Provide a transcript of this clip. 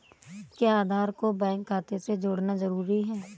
क्या आधार को बैंक खाते से जोड़ना जरूरी है?